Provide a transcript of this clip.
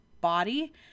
body